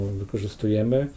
wykorzystujemy